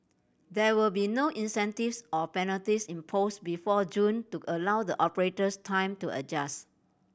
there will be no incentives or penalties imposed before June to allow the operators time to adjust